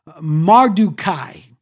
Mardukai